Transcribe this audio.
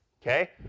Okay